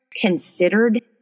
considered